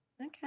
Okay